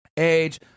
Age